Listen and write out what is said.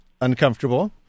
uncomfortable